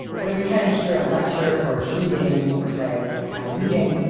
but if you're trying to hear a lecture or a reading or say, have a meeting,